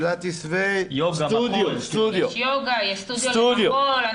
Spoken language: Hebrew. יש יוגה, יש סטודיו למחול.